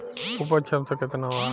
उपज क्षमता केतना वा?